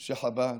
אנשי חב"ד.